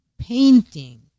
painting